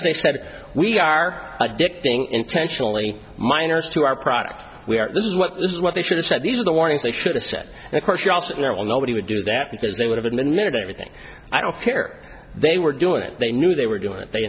if they said we are addicting intentionally minors to our product we are this is what this is what they should have said these are the warnings they should have set and of course you also you know nobody would do that because they would have admitted everything i don't care they were doing it they knew they were doing it they